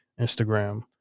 instagram